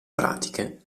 pratiche